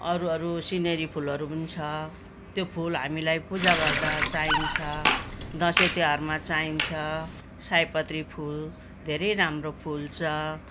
अरू अरू सिनेरी फुलहरू पनि छ त्यो फुल हामीलाई पूजा गर्दा चाहिन्छ दसैँ तिहारमा चाहिन्छ सयपत्री फुल धेरै राम्रो फुल्छ